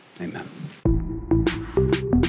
amen